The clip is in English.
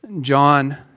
John